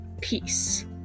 Peace